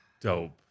Dope